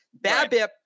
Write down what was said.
Babip